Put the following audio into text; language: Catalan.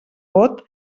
vot